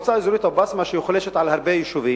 המועצה האזורית אבו-בסמה, שחולשת על הרבה יישובים,